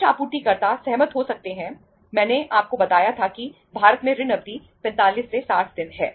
कुछ आपूर्तिकर्ता सहमत हो सकते हैं मैंने आपको बताया था कि भारत में ऋण अवधि 45 60 दिन है